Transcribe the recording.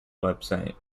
website